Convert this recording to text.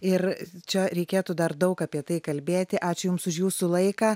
ir čia reikėtų dar daug apie tai kalbėti ačiū jums už jūsų laiką